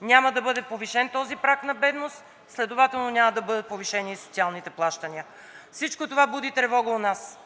няма да бъде повишен този праг на бедност, следователно няма да бъдат повишени и социалните плащания. Всичко това буди тревога у нас.